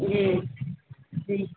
जी जी